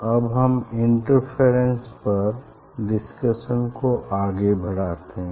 अब हम इंटरफेरेंस पर डिस्कशन को आगे बढ़ाते हैं